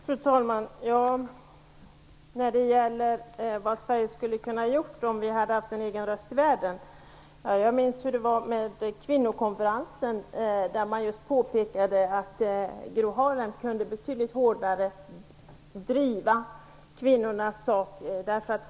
Fru talman! När det gäller vad Sverige hade kunnat göra om vi hade haft en egen röst i världen minns jag hur det var under kvinnokonferensen då man påpekade att Gro Harlem Brundtland kunde driva kvinnornas sak betydligt hårdare.